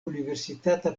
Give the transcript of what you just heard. universitata